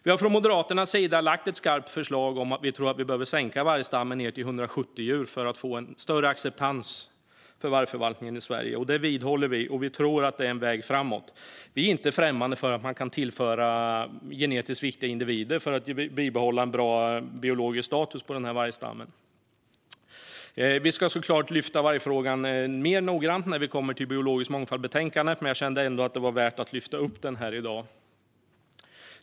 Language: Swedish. Vi har från Moderaternas sida lagt fram ett skarpt förslag om att sänka vargstammen till 170 djur för att få en större acceptans för vargförvaltningen i Sverige. Detta vidhåller vi, och vi tror att det är en väg framåt. Vi är inte främmande för att man kan tillföra genetiskt viktiga individer för att behålla en bra biologisk status på vargstammen. Vi ska såklart ta upp vargfrågan mer noggrant när vi kommer till betänkandet om biologisk mångfald, men jag kände ändå att det var värt att lyfta upp detta här.